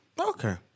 Okay